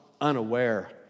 unaware